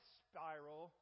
spiral